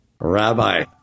Rabbi